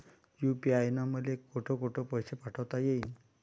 UPI न मले कोठ कोठ पैसे पाठवता येईन?